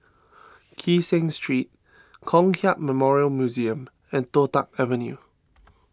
Kee Seng Street Kong Hiap Memorial Museum and Toh Tuck Avenue